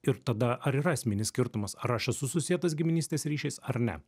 ir tada ar yra esminis skirtumas ar aš esu susietas giminystės ryšiais ar ne